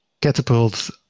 catapults